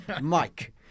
Mike